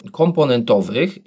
komponentowych